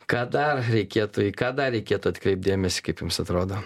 ką dar reikėtų į ką dar reikėtų atkreipt dėmesį kaip jums atrodo